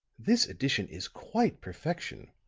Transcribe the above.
this edition is quite perfection,